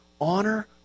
honor